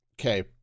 Okay